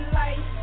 life